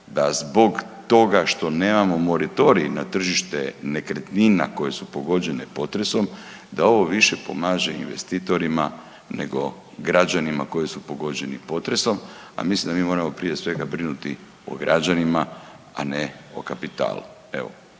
da zbog toga što nemamo moratorij na tržište nekretnina koje su pogođene potresom, da ovo više pomaže investitorima nego građanima koji su pogođeni potresom, a mislim da mi moramo prije svega brinuti o građanima, a ne o kapitalu.